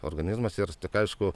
organizmas ir tik aišku